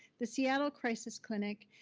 the seattle crisis clinic,